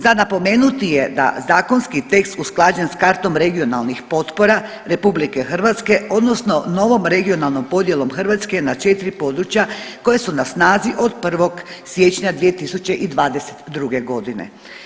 Za napomenuti je da zakonski tekst usklađen s kartom regionalnih potpora RH odnosno novom regionalnom podjelom Hrvatske na 4 područja koja su na snazi od 1. siječnja 2022. godine.